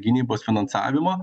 gynybos finansavimo